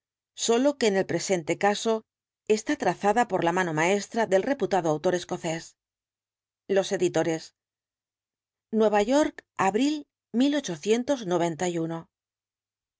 sólo que en el presente caso está trazada por la mano maestra del reputado autor escocés los editores nueva york abril